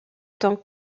tant